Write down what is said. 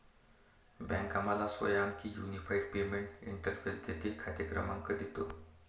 bank आम्हाला सोळा अंकी युनिफाइड पेमेंट्स इंटरफेस देते, खाते क्रमांक देतो